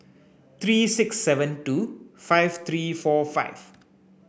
three six seven two five three four five